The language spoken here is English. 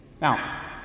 Now